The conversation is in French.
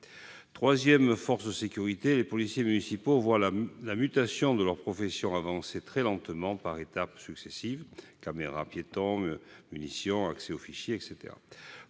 Troisième force de sécurité, les policiers municipaux voient la mutation de leur profession avancer très lentement, par étapes successives : équipement en caméras-piétons, en munitions, accès aux fichiers, etc.